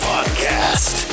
Podcast